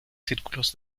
círculos